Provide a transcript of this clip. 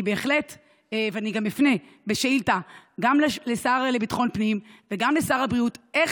אני בהחלט אפנה בשאילתה גם לשר לביטחון הפנים וגם לשר הבריאות איך